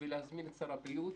ולהזמין את שר הבריאות,